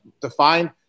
defined